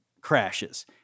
crashes